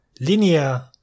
Linear